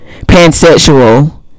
pansexual